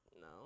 no